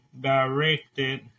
directed